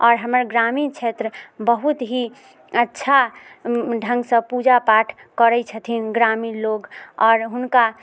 आओर हमर ग्रामीण क्षेत्र बहुत ही अच्छा ढङ्गसँ पूजा पाठ करैत छथिन ग्रामीण लोक आओर हुनका